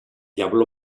habló